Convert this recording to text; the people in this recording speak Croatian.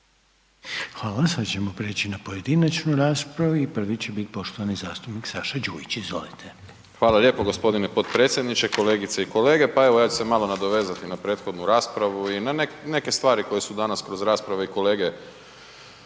Hvala, sad ćemo prijeći na pojedinačnu raspravu i prvi će bit poštovani zastupnik Saša Đujić, izvolite. **Đujić, Saša (SDP)** Hvala lijepo g. potpredsjedniče, kolegice i kolege, pa evo ja ću se malo nadovezati na prethodnu raspravu i na neke stvari koje su danas kroz raspravu i kolege,